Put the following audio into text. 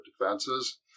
defenses